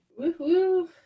woohoo